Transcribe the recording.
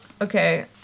okay